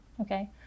okay